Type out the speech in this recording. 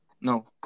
No